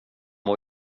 var